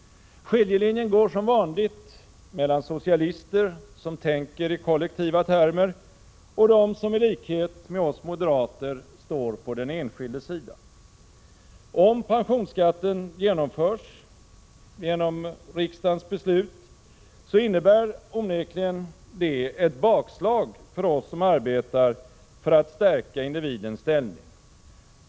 Skiljelinjen går som vanligt mellan socialister, som tänker i kollektiva termer, och dem som i likhet med oss moderater står på den enskildes sida. Om pensionsskatten genomförs genom riksdagens beslut, innebär det onekligen ett bakslag för oss som arbetar för att stärka individens ställning.